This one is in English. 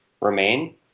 remain